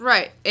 Right